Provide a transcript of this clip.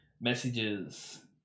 messages